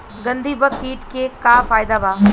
गंधी बग कीट के का फायदा बा?